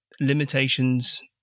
limitations